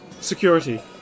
Security